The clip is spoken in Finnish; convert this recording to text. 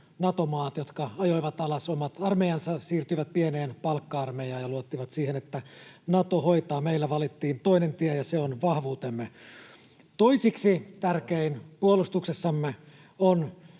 Nato-maat, jotka ajoivat alas omat armeijansa ja siirtyivät pieneen palkka-armeijaan ja luottivat siihen, että Nato hoitaa. Meillä valittiin toinen tie, ja se on vahvuutemme. Toiseksi tärkein puolustuksessamme on